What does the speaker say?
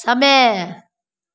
समय